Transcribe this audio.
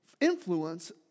influence